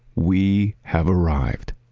we have arrived.